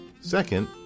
Second